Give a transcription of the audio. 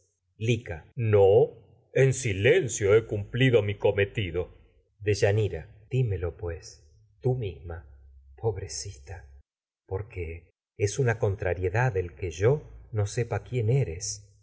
compañeras no en lica silencio he cumplido mi cometido deyanira dímelo pues tú misma pobrecita por que es una contrariedad el que lo yo no sepa quién eres